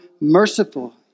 merciful